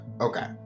okay